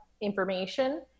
information